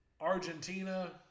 Argentina